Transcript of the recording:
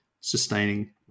sustaining